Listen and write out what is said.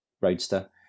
Roadster